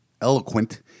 eloquent